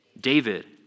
David